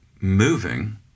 moving